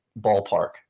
ballpark